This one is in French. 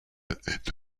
est